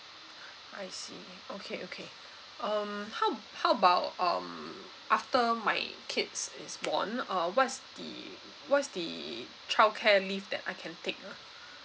I see okay okay um how how about um after my kids is born uh what's the what's the childcare leave that I can take ah